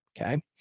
Okay